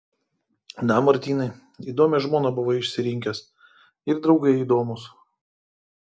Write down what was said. na martynai įdomią žmoną buvai išsirinkęs ir draugai įdomūs